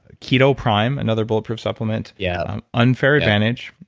keto prime, another bulletproof supplement, yeah um unfair advantage,